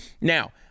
Now